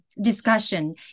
discussion